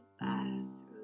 bathroom